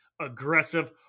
aggressive